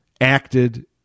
acted